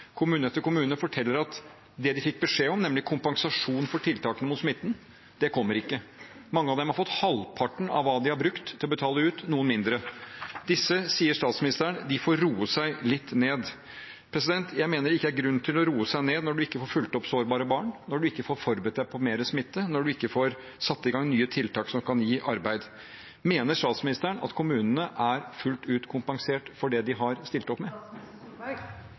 Kommune etter kommune forteller at det de fikk beskjed om, nemlig kompensasjon for tiltakene mot smitten, det kommer ikke. Mange av dem har fått halvparten av hva de har betalt ut – noen mindre. Disse, sier statsministeren, får roe seg litt ned. Jeg mener det ikke er grunn til å roe seg ned når man ikke får fulgt opp sårbare barn, når man ikke får forberedt seg på mer smitte, når man ikke får satt i gang nye tiltak som kan gi arbeid. Mener statsministeren at kommunene er fullt ut kompensert for det de har stilt opp